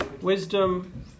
Wisdom